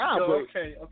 Okay